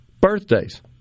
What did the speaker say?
birthdays